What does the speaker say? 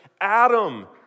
Adam